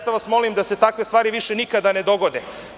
Molim vas, da se takve stvari više nikad ne dogode.